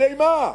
כדי מה?